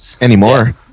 Anymore